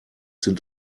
sind